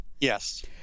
Yes